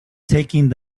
taking